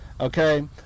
okay